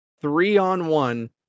Three-on-one